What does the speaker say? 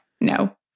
no